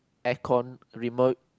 aircon remote